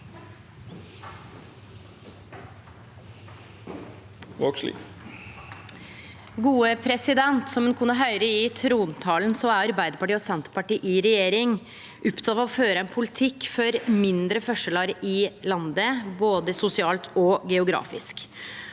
(A) Som ein kunne høyre i trontalen, er Arbeidarpartiet og Senterpartiet i regjering opptekne av å føre ein politikk for mindre forskjellar i landet, både sosialt og geografisk.